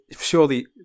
Surely